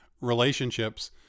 relationships